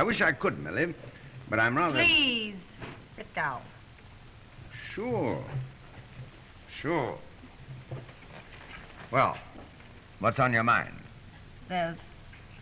i wish i could not live but i'm only just out sure sure well what's on your mind that's